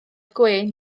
gwên